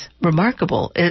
remarkable